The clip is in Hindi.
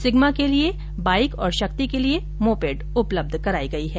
सिग्मा के लिए बाइक और शक्ति के लिए मोपेड उपलब्ध कराई गई है